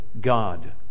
God